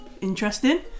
interesting